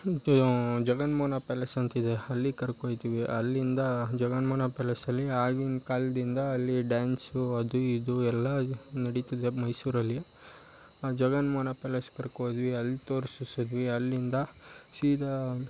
Jaganmohan palace ಅಂತಿದೆ ಅಲ್ಲಿ ಕರ್ಕೋಗ್ತೀವಿ ಅಲ್ಲಿಂದಾ ಜಗನ್ಮೋಹನ ಪ್ಯಾಲೇಸಲ್ಲಿ ಆಗಿನ ಕಾಲದಿಂದ ಅಲ್ಲಿ ಡ್ಯಾನ್ಸು ಅದು ಇದು ಎಲ್ಲ ನಡಿತದೆ ಮೈಸೂರಲ್ಲಿ ಜಗನ್ಮೋಹನ ಪ್ಯಾಲೇಸ್ ಕರ್ಕೋದ್ವಿ ಅಲ್ಲಿ ತೋರಿಸಿಸಿದ್ವಿ ಅಲ್ಲಿಂದ ಸೀದಾ